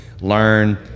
learn